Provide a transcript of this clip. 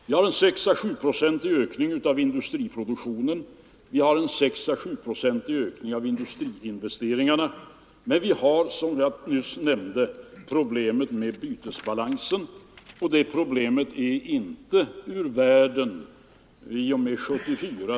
Vi har en ökning i industriproduktionen på 6 å 7 procent och en lika stor ökning av industriinvesteringarna, men vi har som jag nyss nämnde problemet med bytesbalansen, och det problemet är inte ur världen i och med år 1974.